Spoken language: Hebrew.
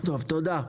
טוב, תודה.